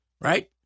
Right